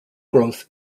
growth